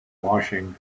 washing